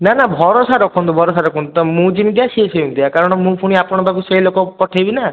ନା ନା ଭରସା ରଖନ୍ତୁ ଭରସା ରଖନ୍ତୁ ମୁଁ ଯେମିତିଆ ସେ ସେମିତିଆ କାରଣ ମୁଁ ପୁଣି ଆପଣଙ୍କ ପାଖକୁ ସେଇ ଲୋକ ପଠେଇବି ନା